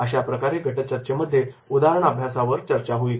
अशाप्रकारे गट चर्चेमध्ये उदाहरण अभ्यासावर चर्चा होईल